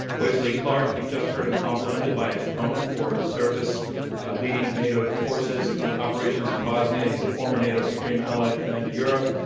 wesley clark. you just heard him complimented by his opponent for his service leading nato forces in the operations in bosnia. he's the former nato supreme allied commander, europe.